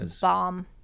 Bomb